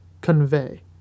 convey